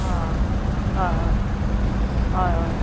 ह ह हय हय